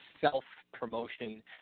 self-promotion